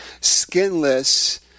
skinless